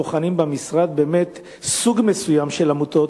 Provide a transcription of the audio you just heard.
בוחנים במשרד סוג מסוים של עמותות,